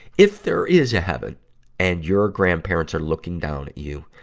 if there is a heaven and your grandparents are looking down at you,